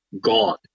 gone